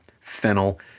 fennel